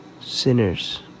sinners